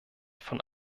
von